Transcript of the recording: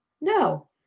No